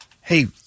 hey